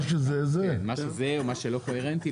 מה שלא קוהרנטי,